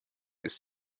ist